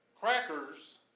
crackers